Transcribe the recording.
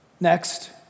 Next